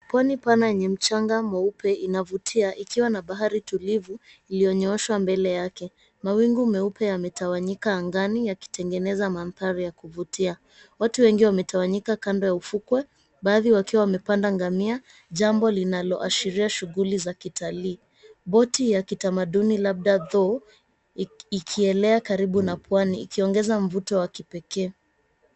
Pwani pana mchanga mweupe inavutia na ikiwa bahari tulivu iliyonyooshwa mbele yake. Mawingu meupe yametawanyika angani yakitengeneza maanthari ya kuvutia. Watu wengi wametawanyika kando ya ufukwe baadhi wakiwa wamepanda ngamia jambo linaloashiria shughuli za kitalii. Boti ya kitamaduni labda dhow ikielea karibu na pwani ikiongeza mvuto wa kipekee.